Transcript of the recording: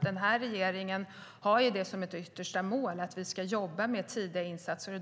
Den här regeringen har som yttersta mål att vi ska jobba med tidiga insatser.